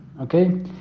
Okay